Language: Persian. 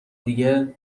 دیگه